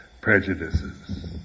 prejudices